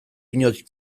inoiz